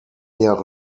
jahre